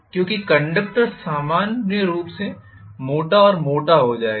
क्योंकि कंडक्टर सामान्य रूप से मोटा और मोटा होगा